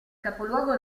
capoluogo